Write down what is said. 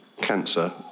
cancer